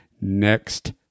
next